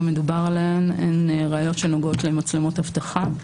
מדובר עליהן הן ראיות שנוגעות למצלמות אבטחה,